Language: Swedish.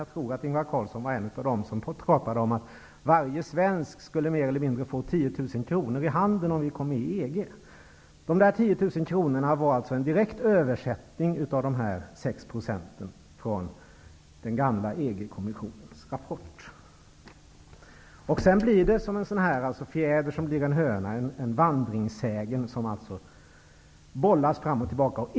Jag tror att Ingvar Carlsson var en av dem som sade att varje svensk skulle få 10 000 kr i handen, om vi kom med i EG. De 10 000 kronorna var alltså en direkt översättning av de nämnda 6 procenten i den gamla Av en fjäder blir det sedan en höna. Det blir en vandringssägen. Man bollar fram och tillbaka.